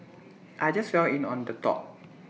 I just fell in on the top